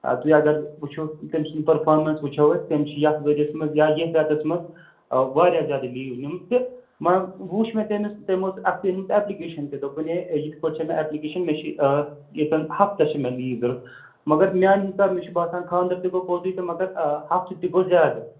آ تُہۍ اگر وٕچھِو تَمہِ سٕنٛز پٕرفارمیٚنٕس وٕچھو أسۍ تَمہِ چھِ یَتھ ؤرِیَس منٛز یا ییٚتھۍ رٮ۪تَس منٛز واریاہ زیادٕ لیٖوٕ نِمژٕ ما وٕچھ مےٚ تٔمِس تَمہِ اوس اَکھتُے أنۍمٕژ اٮ۪پلِکیشَن تہِ دوٚپُن ہے یِتھ پٲٹھۍ چھِ مےٚ اٮ۪پلِکیشَن مےٚ چھِ ییٚتٮ۪ن ہَفتَس چھِ مےٚ لیٖو ضوٚرتھ مگر میٛانہِ حساب مےٚ چھِ باسان خانٛدر تہِ گوٚو پوٚزٕے تہٕ مگر ہَفٕتہ تہِ گوٚو زیادٕ